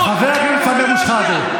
חבר הכנסת סמי אבו שחאדה,